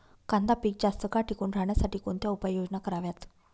कांदा पीक जास्त काळ टिकून राहण्यासाठी कोणत्या उपाययोजना कराव्यात?